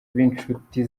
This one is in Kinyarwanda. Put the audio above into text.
b’inshuti